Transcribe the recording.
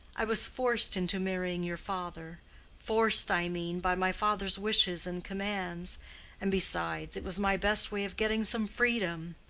i was forced into marrying your father forced, i mean, by my father's wishes and commands and besides, it was my best way of getting some freedom.